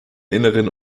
innern